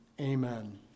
Amen